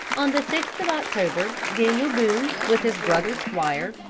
on the sixth of october daniel boone, with his brother squire,